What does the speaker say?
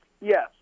yes